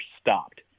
stopped